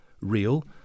real